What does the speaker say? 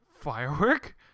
firework